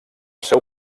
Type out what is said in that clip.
seu